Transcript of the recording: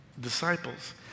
disciples